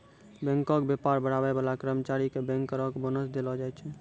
बैंको के व्यापार बढ़ाबै बाला कर्मचारी के बैंकरो के बोनस देलो जाय छै